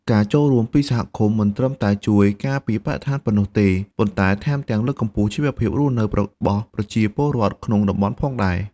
ការចូលរួមពីសហគមន៍មិនត្រឹមតែជួយការពារបរិស្ថានប៉ុណ្ណោះទេ ប៉ុន្តែថែមទាំងលើកកម្ពស់ជីវភាពរស់នៅរបស់ប្រជាពលរដ្ឋក្នុងតំបន់ផងដែរ។